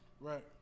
Right